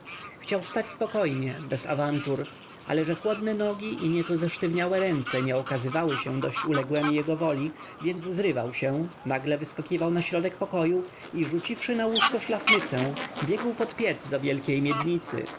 chciał wstać spokojnie bez awantur ale że chłodne nogi i nieco zesztywniałe ręce nie okazywały się dość uległemi jego woli więc zrywał się nagle wyskakiwał na środek pokoju i rzuciwszy na łóżko szlafmycę biegł pod piec do wielkiej miednicy